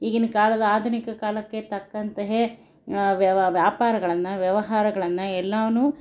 ಈಗಿನ್ ಕಾಲದ ಆಧುನಿಕ ಕಾಲಕ್ಕೆ ತಕ್ಕಂತೆಯೇ ವ್ಯವ ವ್ಯಾಪಾರಗಳನ್ನು ವ್ಯವಹಾರಗಳನ್ನು ಎಲ್ಲವೂ